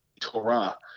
Torah